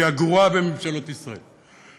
שהיא הגרועה בממשלות ישראל,